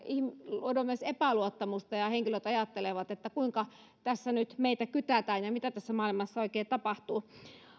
luoda myös epäluottamusta ja henkilöt ajattelevat kuinka tässä nyt meitä kytätään ja mitä tässä maailmassa oikein tapahtuu